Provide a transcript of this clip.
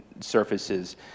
surfaces